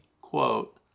quote